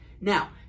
Now